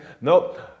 Nope